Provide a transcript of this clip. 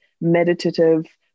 meditative